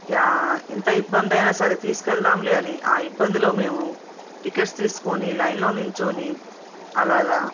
yeah ఎంత ఇబ్బంది అయినా సరే తీసుకువెళ్దాములే అని ఆ ఇబ్బందుల్లో మేము టికెట్స్ తీసుకొని లైన్లో లైన్లో నిల్చొని అలాగా